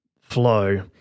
flow